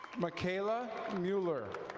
mikayla mueller.